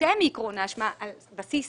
סוטה מעקרון האשמה על בסיס